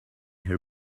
her